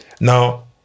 Now